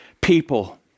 people